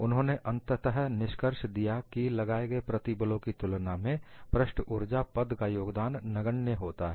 उन्होंने अंततः निष्कर्ष दिया कि लगाए गए प्रतिबलों की तुलना में पृष्ठ ऊर्जा पद का योगदान नगण्य होता है